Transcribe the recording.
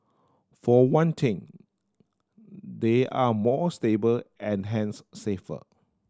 for one thing they are more stable and hence safer